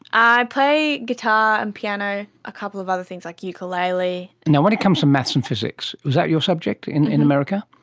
i play guitar and piano, a couple of other things like ukulele. when it comes to maths and physics, was that your subject in in america?